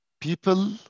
people